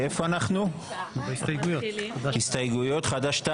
בהתחלה באופן כללי להצעת החוק וההסתייגויות שלנו